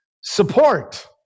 support